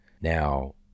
Now